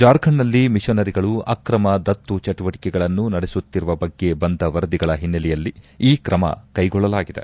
ಜಾರ್ಖಂಡ್ನಲ್ಲಿ ಮಿಷನರಿಗಳು ಅಕ್ರಮ ದತ್ತು ಚಟುವಟಕೆಗಳನ್ನು ನಡೆಸುತ್ತಿರುವ ಬಗ್ಗೆ ಬಂದ ವರದಿಗಳ ಹಿನ್ನೆಲೆಯಲ್ಲಿ ಈ ಕ್ರಮ ಕೈಗೊಳ್ಳಲಾಗಿದೆ